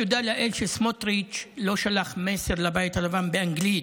תודה לאל שסמוטריץ' לא שלח מסר לבית הלבן באנגלית,